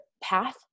path